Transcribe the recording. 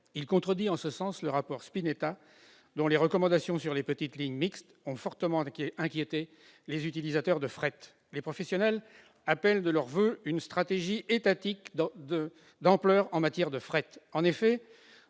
Il contredit en ce sens le rapport Spinetta, dont les recommandations sur les petites lignes mixtes ont fortement inquiété les utilisateurs de fret. Les professionnels appellent de leurs voeux une stratégie étatique d'ampleur en matière de fret.